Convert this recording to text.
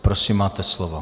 Prosím, máte slovo.